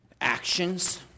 actions